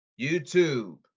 YouTube